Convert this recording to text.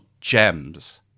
gems